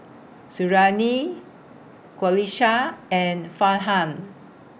Suriani Qalisha and Farhan